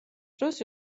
დროს